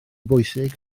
bwysig